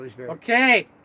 okay